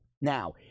Now